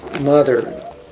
mother